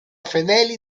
fedeli